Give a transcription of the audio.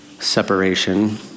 Separation